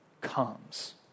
comes